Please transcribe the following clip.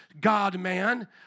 God-man